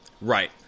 Right